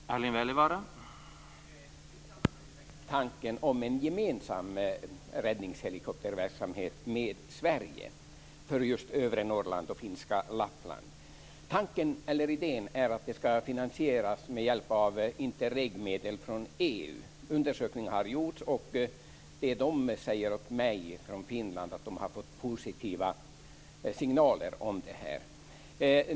Herr talman! I Finland har man väckt tanken om en gemensam räddningshelikopterverksamhet med Sverige för just övre Norrland och finska Lappland. Idén är att det ska finansieras med hjälp av Interregmedel från EU. Undersökningar har gjorts, och man säger från Finland till mig att man har fått positiva signaler.